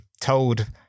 told